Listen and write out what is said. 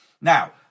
Now